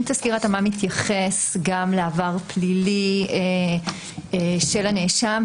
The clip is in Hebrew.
האם תסקיר ההתאמה מתייחס גם לעבר פלילי של הנאשם,